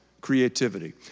creativity